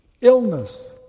Illness